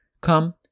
come